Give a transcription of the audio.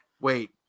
wait